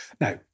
Now